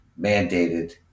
mandated